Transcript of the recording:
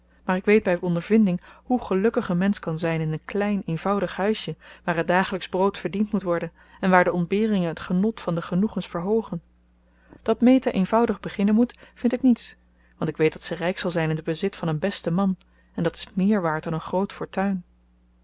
maar ik weet bij ondervinding hoe gelukkig een mensch kan zijn in een klein eenvoudig huisje waar het dagelijksch brood verdiend moet worden en waar de ontberingen het genot van de genoegens verhoogen dat meta eenvoudig beginnen moet vind ik niets want ik weet dat ze rijk zal zijn in het bezit van een besten man en dat is meer waard dan een groot fortuin